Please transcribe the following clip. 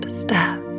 step